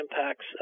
impacts